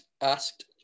asked